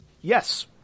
Yes